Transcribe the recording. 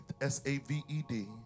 S-A-V-E-D